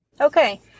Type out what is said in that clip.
Okay